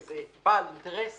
איזה בעל אינטרס